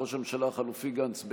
ראש הממשלה החלופי גנץ,